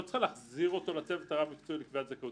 היא לא צריכה להחזיר אותו לצוות הרב-מקצועי לקביעת זכאות,